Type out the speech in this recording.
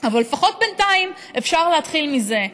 אבל לפחות בינתיים אפשר להתחיל מזה.